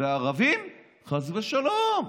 וערבים, חס ושלום.